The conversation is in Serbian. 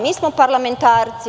Mi smo parlamentarci.